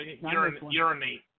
Urinate